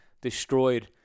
destroyed